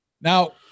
Now